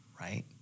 right